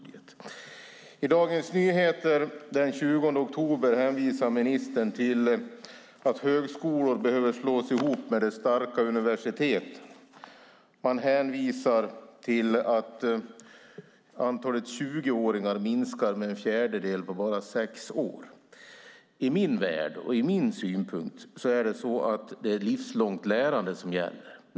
I Dagens Nyheter den 24 oktober hänvisar ministern till att högskolor behöver slås ihop med de starka universiteten. Han hänvisar till att antalet 20-åringar minskar med en fjärdedel på bara sex år. I min värld och enligt min synpunkt är det livslångt lärande som gäller.